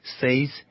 says